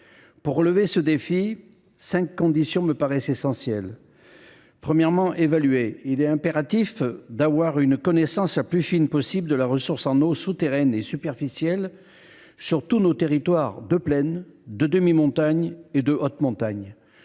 Pour relever ce défi, cinq conditions me paraissent essentielles. Premièrement, il faut évaluer. Il est impératif de disposer d’une connaissance la plus fine possible de la ressource en eau souterraine et superficielle sur tous nos territoires de plaine, de demi montagne et de haute montagne.